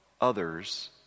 others